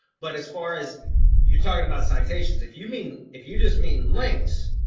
but as far as you talking about citations, if you mean, if you just mean links,